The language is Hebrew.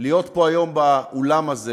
להיות פה היום באולם הזה